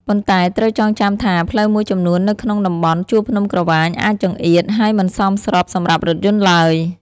ប៉ុន្តែត្រូវចងចាំថា ផ្លូវមួយចំនួននៅក្នុងតំបន់ជួរភ្នំក្រវាញអាចចង្អៀត ហើយមិនសមស្របសម្រាប់រថយន្តឡើយ។